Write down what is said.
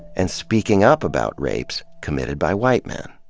and speaking up about rapes committed by white men.